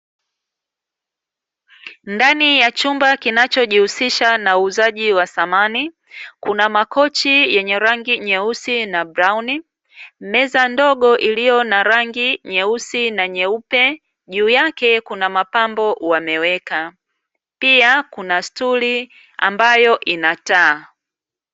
Ndani ya chumba kinachojihusisha na uuzaji wa samani, kuna makochi yenye rangi nyeusi na brauni, meza ndogo iliyo na rangi nyeusi na nyeupe juu yake kuna mapambo wameweka pia kuna stuli ambayo ina taa.